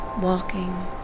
walking